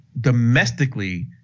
domestically